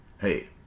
Hey